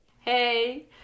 Hey